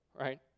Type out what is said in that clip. Right